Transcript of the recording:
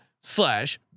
slash